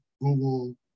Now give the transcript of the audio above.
Google